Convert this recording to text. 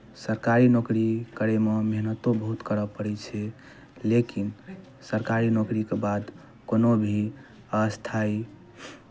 सरकारी नौकरी करयमे मेहनतो बहुत करय पड़ै छै लेकिन सरकारी नौकरीके बाद कोनो भी स्थाइ